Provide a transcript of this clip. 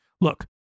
Look